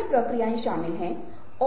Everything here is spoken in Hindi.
लिए चित्र दूंगा